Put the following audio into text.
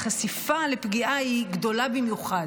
החשיפה לפגיעה היא גדולה במיוחד.